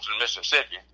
Mississippi